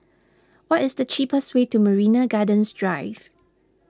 what is the cheapest way to Marina Gardens Drive